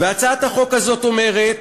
הצעת החוק הזאת אומרת,